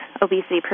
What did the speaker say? obesity